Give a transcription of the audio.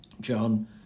John